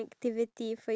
talk